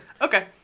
okay